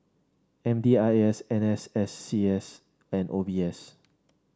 M D I S N S S C S and O B S